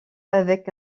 avec